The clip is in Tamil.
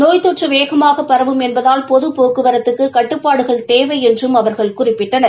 நோய் தொற்று வேகமாக பரவும் என்பதால் பொது போக்குவத்துக்கு கட்டுப்பாடுகள் தேவை என்றும் அவர்கள் குறிப்பிட்டனர்